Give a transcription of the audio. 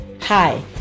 Hi